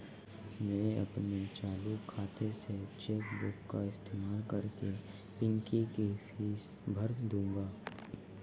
मैं अपने चालू खाता से चेक बुक का इस्तेमाल कर पिंकी की फीस भर दूंगा